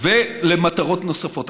ולמטרות נוספות.